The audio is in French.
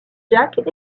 jacques